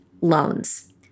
loans